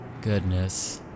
Goodness